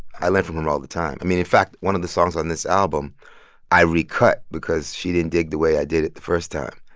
i learn from her all the time. i mean, in fact, one of the songs on this album i re-cut because she didn't dig the way i did it the first time,